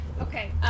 Okay